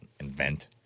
Invent